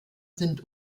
sind